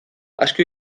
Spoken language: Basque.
asko